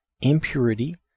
impurity